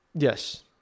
Yes